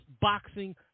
boxing